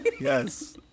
Yes